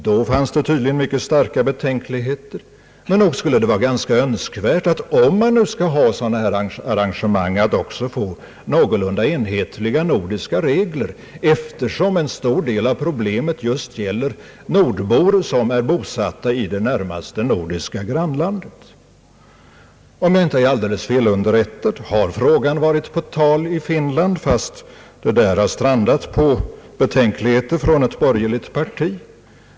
Då fanns det tydligen mycket starka betänkligheter, men nog skulle det vara ganska önskvärt, om man nu skall ha sådana här arrangemang, att få någorlunda enhetliga nordiska regler, eftersom en stor del av problemet just gäller nordbor som är bosatta i det närmaste nordiska grannlandet. Om jag inte är alldeles fel underrättad, har frågan varit på tal i Finland, fast den där har strandat på betänkligheter från ett borgerligt parti.